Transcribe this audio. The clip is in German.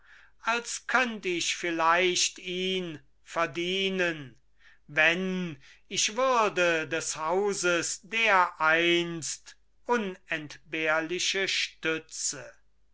als könnt ich vielleicht ihn verdienen wenn ich würde des hauses dereinst unentbehrliche stütze